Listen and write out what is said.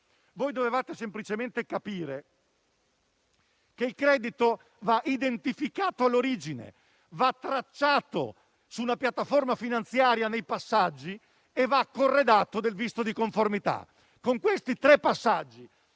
Dovevate semplicemente capire che il credito va identificato all'origine, va tracciato su una piattaforma finanziaria nei suoi passaggi e va corredato del visto di conformità. Con i passaggi